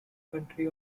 country